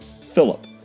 Philip